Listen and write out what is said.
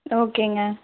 ஓகேங்க